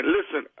Listen